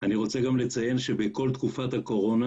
אני רוצה גם לציין שבכל תקופת הקורונה